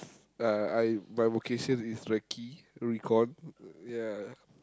uh I my vocation is recce recall ya